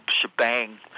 shebang